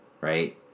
right